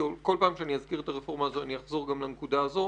כל פעם שאני אזכיר את הרפורמה הזו אני אחזור גם לנקודה הזו,